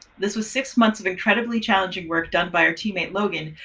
this was six months of incredibly challenging work done by our teammate logan,